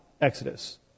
exodus